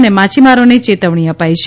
અને માછીમારોને ચેતવણી અપાઇ છે